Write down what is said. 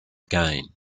again